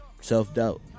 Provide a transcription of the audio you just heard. Self-doubt